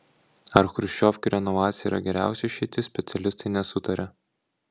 ar chruščiovkių renovacija yra geriausia išeitis specialistai nesutaria